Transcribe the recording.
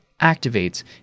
activates